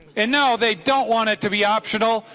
and now they don't want it to be optional.